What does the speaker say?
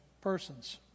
persons